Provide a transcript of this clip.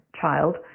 child